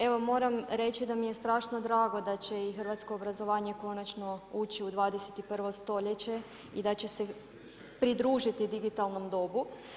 Evo moram reći da mi je strašno drago da će i hrvatsko obrazovanje konačno ući u 21. stoljeće i da će se pridružiti digitalnom dobu.